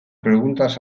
preguntas